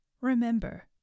Remember